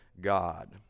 God